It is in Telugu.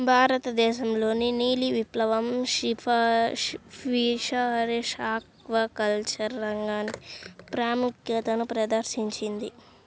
భారతదేశంలోని నీలి విప్లవం ఫిషరీస్ ఆక్వాకల్చర్ రంగానికి ప్రాముఖ్యతను ప్రదర్శించింది